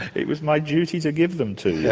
it was my duty to give them to you.